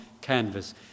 canvas